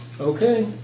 Okay